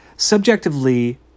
subjectively